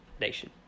nation